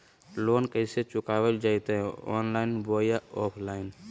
Loan कैसे चुकाबल जयते ऑनलाइन बोया ऑफलाइन?